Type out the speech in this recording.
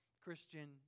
Christian